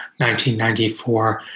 1994